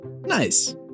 Nice